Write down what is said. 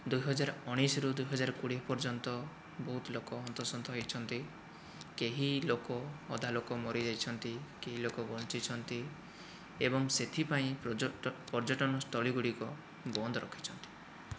ଦୁଇ ହଜାର ଉଣେଇଶରୁ ଦୁଇ ହଜାର କୋଡ଼ିଏ ପର୍ଯ୍ୟନ୍ତ ବହୁତ ଲୋକ ହନ୍ତସନ୍ତ ହୋଇଛନ୍ତି କେହି ଲୋକ ଅଧା ଲୋକ ମରିଯାଇଛନ୍ତି କେହି ଲୋକ ବଞ୍ଚିଛନ୍ତି ଏବଂ ସେଥିପାଇଁ ପ୍ରଯଟ ପର୍ଯ୍ୟଟନ ସ୍ଥଳୀ ଗୁଡ଼ିକ ବନ୍ଦ ରଖିଛନ୍ତି